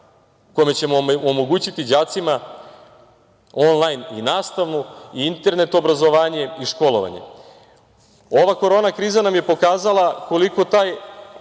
kojim ćemo omogućiti đacima onlajn nastavu i internet obrazovanje i školovanje. Ova korona kriza nam je pokazala koliko taj